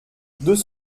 deux